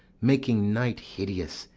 making night hideous,